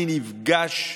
אני נפגש,